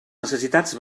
necessitats